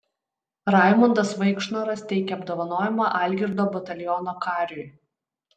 raimundas vaikšnoras teikia apdovanojimą algirdo bataliono kariui